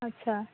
अच्छा